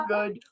Good